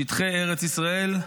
שטחי ארץ ישראל,